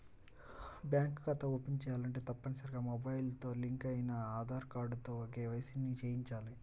bank ఖాతా open చేయాలంటే తప్పనిసరిగా మొబైల్ తో లింక్ అయిన ఆధార్ కార్డుతో కేవైసీ ని చేయించాలి